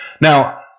Now